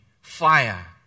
fire